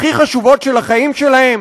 הכי חשובות של החיים שלהם?